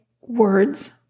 words